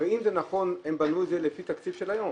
הרי אם זה נכון, הם בנו את זה לפי תקציב של היום,